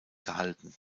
gehalten